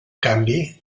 canvi